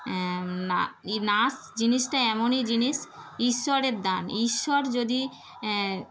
না নাচ জিনিসটা এমনই জিনিস ঈশ্বরের দান ঈশ্বর যদি